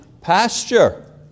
pasture